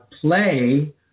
play